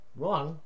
wrong